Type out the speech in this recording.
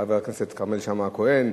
חבר הכנסת כרמל שאמה-הכהן,